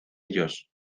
ellos